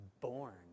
Born